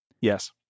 Yes